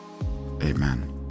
Amen